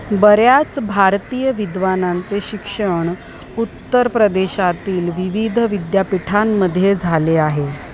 बऱ्याच भारतीय विद्वानांचे शिक्षण उत्तर प्रदेशातील विविध विद्यापीठांमध्ये झाले आहे